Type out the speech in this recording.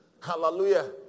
Hallelujah